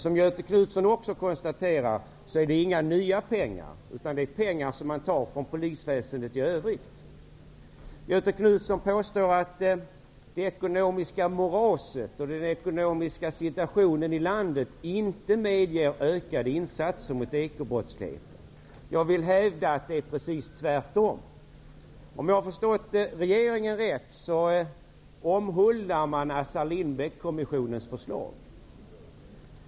Som Göthe Knutson också konstaterar är det inga nya pengar, utan medel som tas från polisverksamheten i övrigt. Göthe Knutson påstår att det ekonomiska moraset och den ekonomiska situationen i landet inte medger ökade insatser mot ekobrottsligheten. Jag vill hävda att det är precis tvärtom. Om jag förstått regeringen rätt omhuldar den Assar Lindbeckkommissionens förslag.